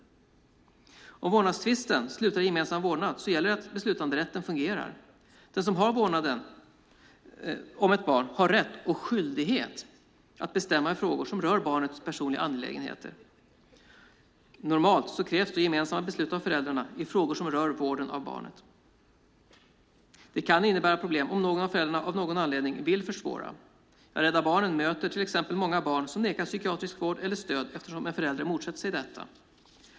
Om vårdnadstvisten slutar i gemensam vårdnad gäller det att beslutanderätten fungerar. Den som har vårdnaden om ett barn har rätt och skyldighet att bestämma i frågor som rör barnets personliga angelägenheter. Normalt krävs då gemensamma beslut av föräldrarna i frågor som rör vården av barnet. Det kan innebära problem om någon av föräldrarna av någon anledning vill försvåra. Rädda Barnen möter till exempel många barn som nekas psykiatrisk vård eller stöd eftersom en förälder motsätter sig detta.